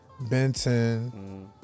Benton